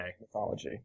mythology